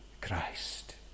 Christ